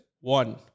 one